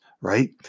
right